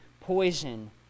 poison